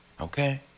Okay